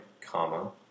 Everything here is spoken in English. comma